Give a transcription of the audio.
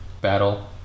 battle